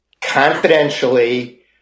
confidentially